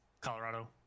colorado